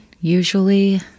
usually